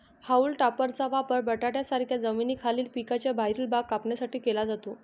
haulm टॉपरचा वापर बटाट्यांसारख्या जमिनीखालील पिकांचा बाहेरील भाग कापण्यासाठी केला जातो